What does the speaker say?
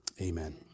Amen